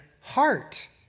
heart